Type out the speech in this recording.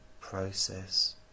process